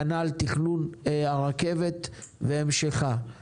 כנ"ל תכנון הרכבת והמשכה.